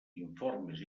informes